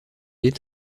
est